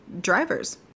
drivers